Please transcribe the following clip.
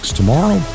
Tomorrow